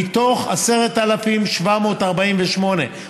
מתוך 10,748,